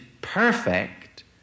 perfect